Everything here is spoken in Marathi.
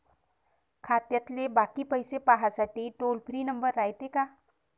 खात्यातले बाकी पैसे पाहासाठी टोल फ्री नंबर रायते का?